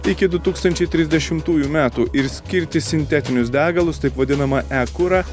iki du tūkstančiai trisdešimtųjų metų ir skirti sintetinius degalus taip vadinamą e kurą